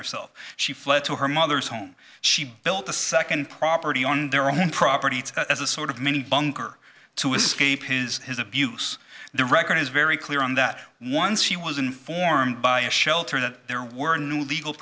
herself she fled to her mother's home she built a second property on their own property as a sort of mini bunker to escape his his abuse the record is very clear on that once he was informed by a shelter that there were new legal